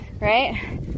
Right